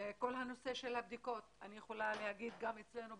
כול הנושא של הבדיקות אני יכולה להגיד שגם אצלנו,